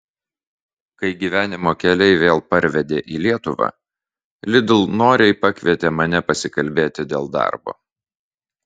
kai gyvenimo keliai vėl parvedė į lietuvą lidl noriai pakvietė mane pasikalbėti dėl darbo